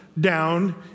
down